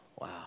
wow